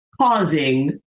causing